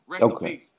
Okay